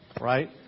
right